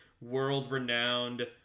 world-renowned